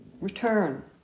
Return